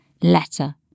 letter